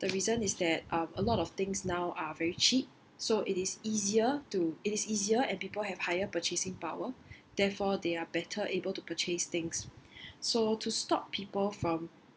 the reason is that um a lot of things now are very cheap so it is easier to it is easier and people have higher purchasing power therefore they are better able to purchase things so to stop people from